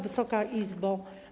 Wysoka Izbo!